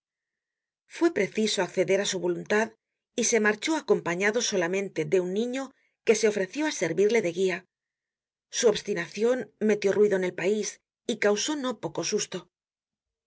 fue preciso acceder á su voluntad y marchó acompañado solamente de un niño que se ofreció á servirle de guia su obstinacion metió ruido en el país y causó no poco susto